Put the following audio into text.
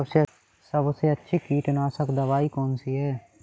सबसे अच्छी कीटनाशक दवाई कौन सी है?